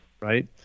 right